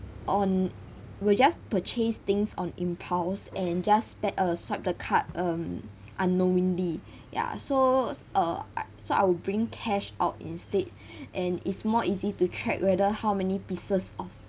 on will just purchase things on impulse and just tap uh swipe the card um unknowingly ya so uh I so I will bring cash out instead and is more easy to track whether how many pieces of